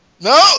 No